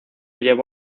llevó